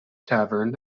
tavern